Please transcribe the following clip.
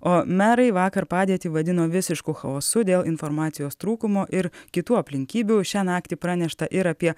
o merai vakar padėtį vadino visišku chaosu dėl informacijos trūkumo ir kitų aplinkybių šią naktį pranešta ir apie